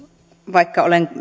vaikka olen